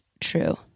true